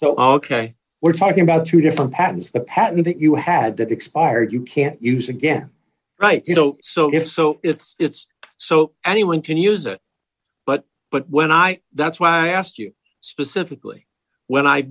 so ok we're talking about two different patterns a pattern that you had that expired you can't use again right you know so if so it's so anyone can use it but but when i that's why i asked you specifically when i